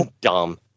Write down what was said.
dumb